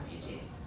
refugees